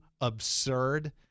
absurd